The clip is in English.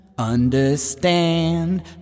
understand